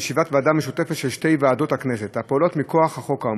בישיבת ועדה משותפת של שתי ועדות הכנסת הפועלות מכוח החוק האמור,